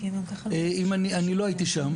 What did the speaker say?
אני לא הייתי שם,